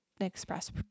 express